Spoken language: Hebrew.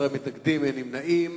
בעד, 16, אין מתנגדים, אין נמנעים.